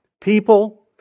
People